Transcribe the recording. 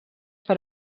per